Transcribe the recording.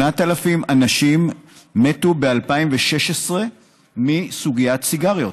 8,000 אנשים מתו ב-2016 מסוגיית סיגריות,